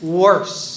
worse